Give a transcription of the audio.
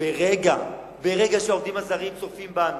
שברגע שהעובדים צופים בנו